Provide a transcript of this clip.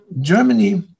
Germany